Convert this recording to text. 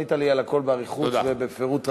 ענית לי על הכול באריכות ובפירוט רב.